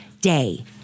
day